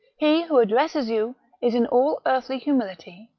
he who addresses you is in all earthly humility,